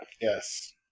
Yes